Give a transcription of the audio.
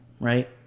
right